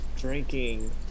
drinking